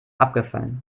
abgefallen